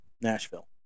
Nashville